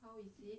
然后以及